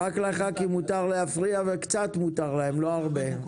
רק לחברי הכנסת מותר להפריע, וגם רק קצת, לא הרבה.